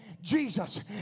Jesus